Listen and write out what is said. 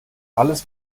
alles